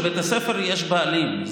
לבית הספר יש בעלים,